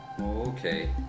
Okay